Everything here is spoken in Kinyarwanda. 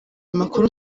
amakuru